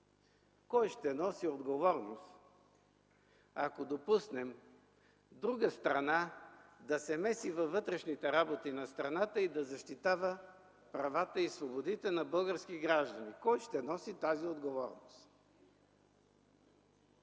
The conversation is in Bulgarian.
кой ще носи отговорност, ако допуснем друга страна да се меси във вътрешните работи на страната и да защитава правата и свободите на български граждани? Кой ще носи тази отговорност?